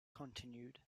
continued